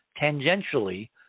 tangentially